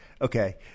okay